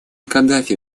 каддафи